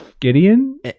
gideon